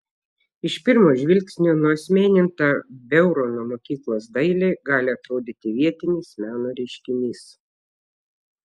iš pirmo žvilgsnio nuasmeninta beurono mokyklos dailė gali atrodyti vietinis meno reiškinys